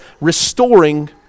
restoring